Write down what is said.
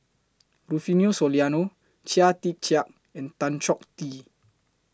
Rufino Soliano Chia Tee Chiak and Tan Chong Tee